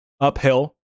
uphill